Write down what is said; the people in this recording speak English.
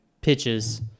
pitches